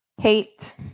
hate